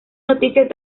noticias